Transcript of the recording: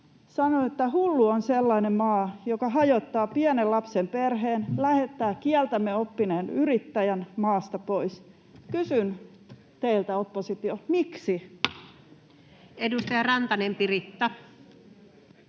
sanoi, että hullu on sellainen maa, joka hajottaa pienen lapsen perheen, lähettää kieltämme oppineen yrittäjän maasta pois. Kysyn teiltä, oppositio: miksi? Edustaja Rantanen, Piritta.